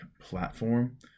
platform